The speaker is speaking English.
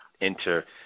enter